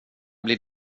blir